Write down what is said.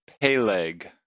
Peleg